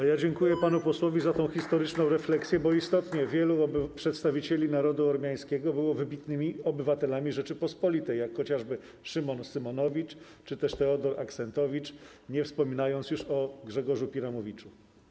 A ja dziękuję panu posłowi za tę historyczną refleksję, bo istotnie wielu przedstawicieli narodu ormiańskiego było wybitnymi obywatelami Rzeczypospolitej, jak chociażby Szymon Szymonowic czy też Teodor Axentowicz, nie wspominając już o Grzegorzu Piramowiczu.